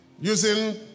using